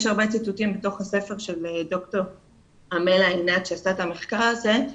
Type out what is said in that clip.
יש הרבה ציטוטים מתוך הספר של ד"ר עמֵלה עינת שעשתה את המחקר הזה,